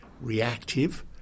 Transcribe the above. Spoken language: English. reactive